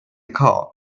call